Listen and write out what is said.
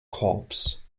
corps